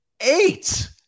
Eight